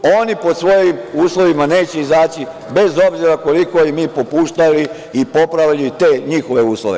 Oni po svojim uslovima neće izaći bez obzira koliko im mi popuštali i popravljali te njihove uslove.